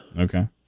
okay